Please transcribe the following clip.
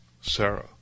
Sarah